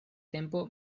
tempo